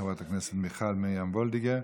חברת הכנסת מיכל מרים וולדיגר.